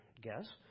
guess